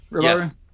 yes